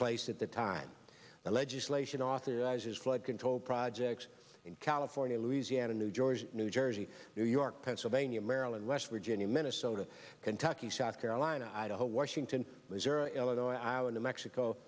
place at the time the legislation authorizes flood control projects in california louisiana new georgia new jersey new york pennsylvania maryland west virginia minnesota kentucky south carolina idaho washington missouri illinois iowa new mexico